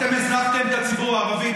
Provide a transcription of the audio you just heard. אתם הזנחתם את הציבור הערבי.